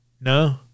No